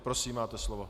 Prosím, máte slovo.